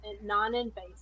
non-invasive